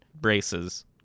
braces